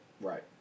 Right